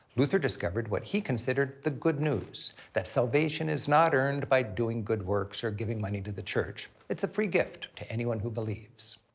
luther discovered what he considered the good news that salvation is not earned by doing good works or giving money to the church it's a free gift to anyone who believes.